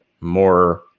more